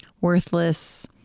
worthless